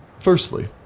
firstly